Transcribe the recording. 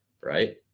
right